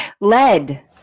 Lead